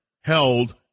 held